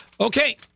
Okay